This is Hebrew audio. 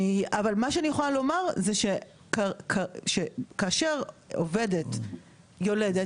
אבל מה שאני יכולה לומר כאשר עובדת יולדת,